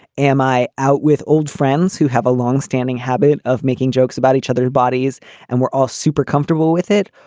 am i out with old friends who have a longstanding habit of making jokes about each other bodies and we're all super comfortable with it?